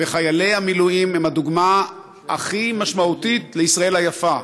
וחיילי המילואים הם הדוגמה הכי משמעותית לישראל היפה,